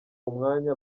umwanya